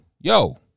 yo